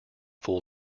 full